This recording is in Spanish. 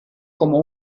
como